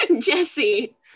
jesse